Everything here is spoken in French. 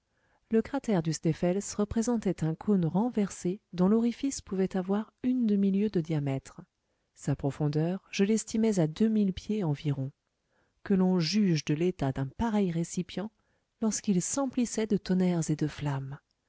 le cratère du sneffels représentait un cône renversé dont l'orifice pouvait avoir une demi-lieue de diamètre sa profondeur je l'estimais à deux mille pieds environ que l'on juge de l'état d'un pareil récipient lorsqu'il s'emplissait de tonnerres et de flammes